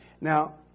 Now